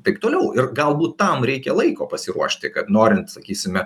taip toliau ir galbūt tam reikia laiko pasiruošti kad norint sakysime